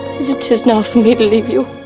as it is now for me to leave you.